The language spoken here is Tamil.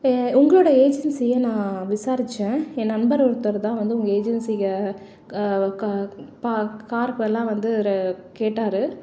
உங்களோட ஏஜென்சியை நான் விசாரிச்சேன் என் நண்பர் ஒருத்தர் தான் வந்து உங்கள் ஏஜென்சியை க பா காருக்கு வந்து அவர் கேட்டார்